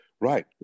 Right